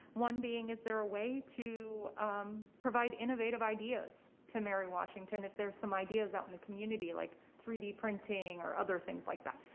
one being is there a way to provide innovative ideas to mary washington, if there's some ideas out in the community like three d printing or other things like that?